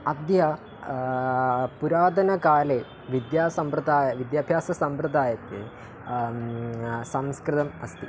अद्य पुरातनकाले विद्यासम्प्रदाय विद्याभ्याससम्प्रदाये संस्कृतम् अस्ति